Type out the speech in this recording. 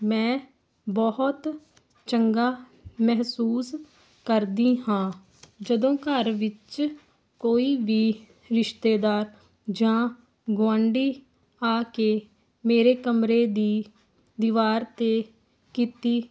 ਮੈਂ ਬਹੁਤ ਚੰਗਾ ਮਹਿਸੂਸ ਕਰਦੀ ਹਾਂ ਜਦੋਂ ਘਰ ਵਿੱਚ ਕੋਈ ਵੀ ਰਿਸ਼ਤੇਦਾਰ ਜਾਂ ਗੁਆਂਡੀ ਆ ਕੇ ਮੇਰੇ ਕਮਰੇ ਦੀ ਦੀਵਾਰ 'ਤੇ ਕੀਤੀ